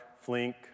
Flink